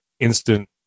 instant